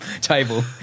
table